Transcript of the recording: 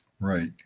Right